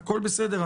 הכול בסדר.